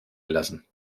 gelassen